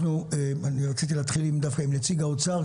אני רציתי להתחיל דווקא עם נציג האוצר,